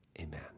amen